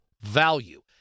value